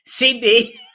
CB